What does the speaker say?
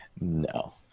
No